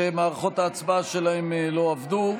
שמערכות ההצבעה שלהם לא עבדו.